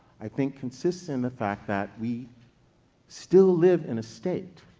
i think consists in the fact that we still live in a state,